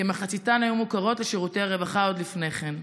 כמחציתן היו מוכרות לשירותי הרווחה עוד לפני כן.